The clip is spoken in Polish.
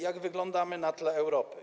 Jak wyglądamy na tle Europy?